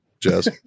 jazz